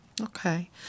Okay